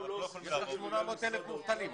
יש 800,000 מובטלים.